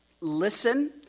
listen